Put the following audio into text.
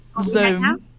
zoom